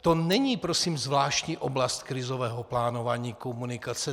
To není, prosím, zvláštní oblast krizového plánování komunikace.